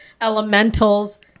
elementals